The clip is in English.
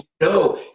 No